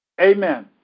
Amen